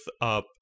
up